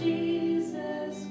Jesus